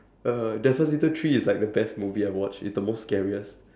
uh despacito three is like the best movie I've watched it's the most scariest